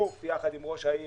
בשיתוף יחד עם ראש העיר